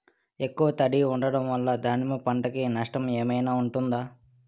ఎక్కువ తడి ఉండడం వల్ల దానిమ్మ పంట కి నష్టం ఏమైనా ఉంటుందా?